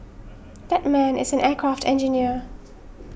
that man is an aircraft engineer